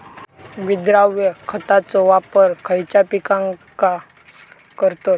विद्राव्य खताचो वापर खयच्या पिकांका करतत?